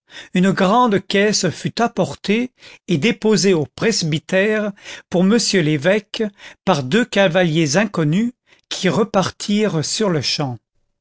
une grande caisse fut apportée et déposée au presbytère pour m l'évêque par deux cavaliers inconnus qui repartirent sur-le-champ